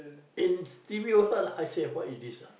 in T_V also I say what is this ah